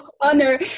honor